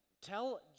tell